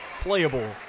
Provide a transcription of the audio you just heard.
playable